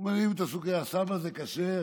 הוא הרים את הסוכרייה: סבא, זה כשר?